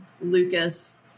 Lucas